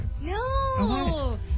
No